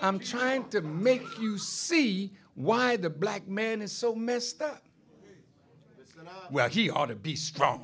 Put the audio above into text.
i'm trying to make you see why the black man is so messed up where he ought to be strong